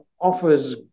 offers